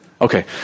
Okay